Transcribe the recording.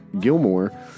Gilmore